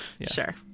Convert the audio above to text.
Sure